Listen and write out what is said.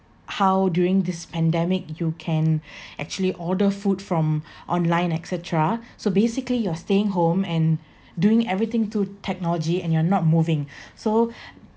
how during this pandemic you can actually order food from online et cetera so basically you are staying home and doing everything through technology and you are not moving so